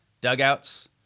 dugouts